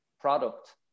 product